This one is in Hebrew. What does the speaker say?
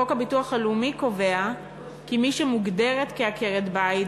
חוק הביטוח הלאומי קובע כי מי שמוגדרת כעקרת-בית,